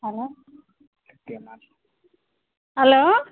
hello hello